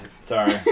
Sorry